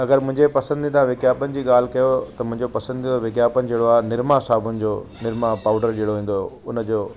अगरि मुंहिंजे पसंदीदा विज्ञापन जी ॻाल्हि कयो त मुंहिंजो पसंदीदा विज्ञापन जहिड़ो आहे निरमा साबूण जो निरमा पाउडर जहिड़ो ईंदो हुयो हुन जो